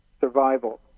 survival